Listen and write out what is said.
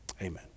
Amen